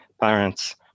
parents